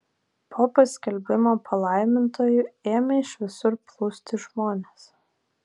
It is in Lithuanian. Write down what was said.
po paskelbimo palaimintuoju ėmė iš visur plūsti žmonės